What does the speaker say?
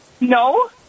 No